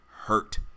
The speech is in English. hurt